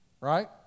Right